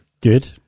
Good